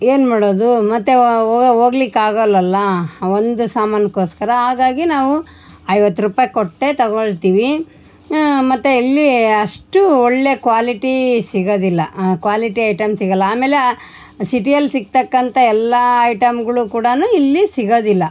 ಏನು ಮಾಡೋದು ಮತ್ತೆ ಓಗ್ ಹೋಗ್ಲಿಕಾಗಲ್ಲಲ್ಲಾ ಒಂದು ಸಾಮಾನ್ಗೋಸ್ಕರ ಹಾಗಾಗಿ ನಾವು ಐವತ್ತು ರೂಪಾಯಿ ಕೊಟ್ಟೇ ತಗೋಳ್ತೀವಿ ಮತ್ತು ಇಲ್ಲಿ ಅಷ್ಟು ಒಳ್ಳೆಯ ಕ್ವಾಲಿಟಿ ಸಿಗದಿಲ್ಲ ಆ ಕ್ವಾಲಿಟಿ ಐಟಮ್ ಸಿಗಲ್ಲ ಆಮೇಲೆ ಆ ಸಿಟಿಯಲ್ಲಿ ಸಿಕ್ತಕ್ಕಂಥ ಎಲ್ಲಾ ಐಟಮ್ಗುಳು ಕೂಡ ಇಲ್ಲಿ ಸಿಗದಿಲ್ಲ